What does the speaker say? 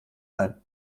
ein